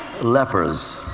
lepers